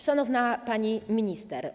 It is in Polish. Szanowna Pani Minister!